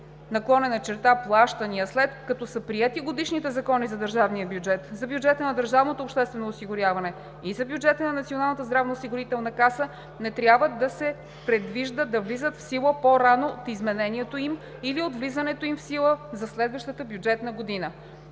за разходи/плащания, след като са приети годишните закони за държания бюджет, за бюджета на държавното обществено осигуряване и за бюджета на Националната здравноосигурителна каса, не трябва да се предвижда да влизат в сила по-рано от изменението им или от влизането им в сила за следващата бюджетна година.